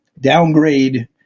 downgrade